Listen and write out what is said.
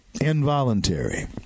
involuntary